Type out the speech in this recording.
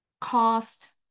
cost